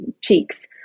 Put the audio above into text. cheeks